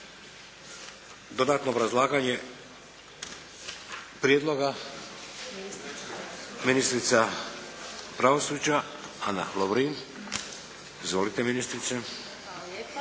Dodatno obrazlaganje Prijedloga, ministrica pravosuđa Ana Lovrin. Izvolite ministrice.